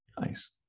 Nice